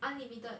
unlimited